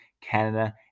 Canada